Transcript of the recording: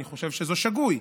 אני חושב שזה שגוי.